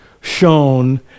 shown